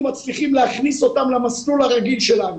מצליחים להכניס אותם למסלול הרגיל שלנו.